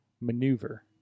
Maneuver